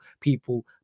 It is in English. People